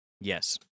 Yes